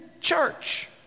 church